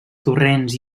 torrents